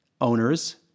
owners